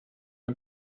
and